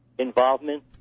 involvement